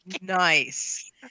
Nice